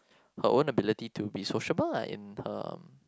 her own ability to be sociable lah in her